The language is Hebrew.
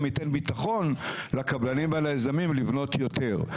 ייתן ביטחון לקבלנים והיזמים לבנות יותר.